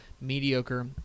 Mediocre